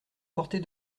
portée